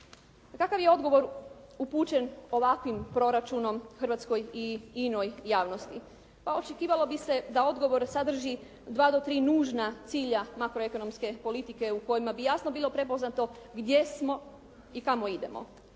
Kakav je odgovor upućen ovakvim proračunom Hrvatskoj i inoj javnosti? Pa očekivalo bi se da odgovor sadrži dva do tri nužna cilja makroekonomske politike u kojima bi jasno bilo prepoznato gdje smo i kamo idemo,